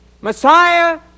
Messiah